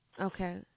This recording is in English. Okay